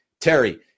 Terry